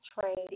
trade